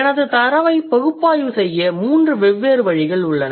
எனது தரவை பகுப்பாய்வு செய்ய மூன்று வெவ்வேறு வழிகள் உள்ளன